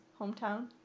hometown